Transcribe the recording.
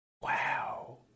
wow